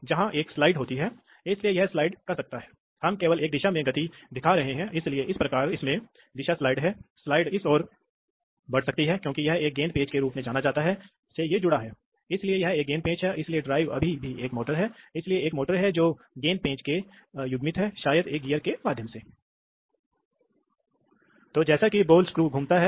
तो यह हो जाता है वास्तव में इस से जुड़ा हुआ है और वहीं समाप्त हो जाता है इसे वास्तव में वापस नहीं आना पड़ता है इसे वास्तव में DCV में वापस नहीं आना पड़ता है इसलिए इस ट्यूबिंग का उपयोग वापसी पथ के लिए नहीं किया जाता है और हवा यहीं पर समाप्त हो जाती है इसलिए यह त्वरित निकास वाल्व का कार्य है